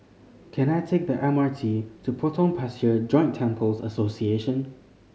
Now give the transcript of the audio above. can I take the M R T to Potong Pasir Joint Temples Association